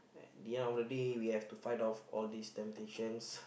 at the end of the day we have to fight off all this temptations